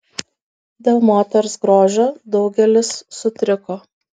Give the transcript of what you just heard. dėl moters grožio daugelis sutriko